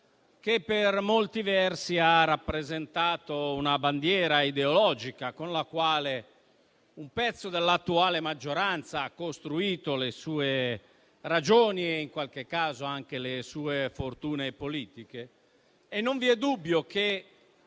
che per molti versi ha rappresentato una bandiera ideologica, con la quale un pezzo dell'attuale maggioranza ha costruito le sue ragioni e in qualche caso anche le sue fortune politiche. Non vi è dubbio che